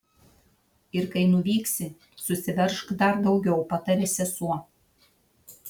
ir kai nuvyksi susiveržk dar daugiau patarė sesuo